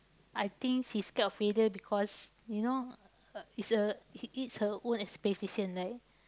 I think she scared of failure because you know uh it's a it it's her own expectation like